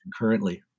currently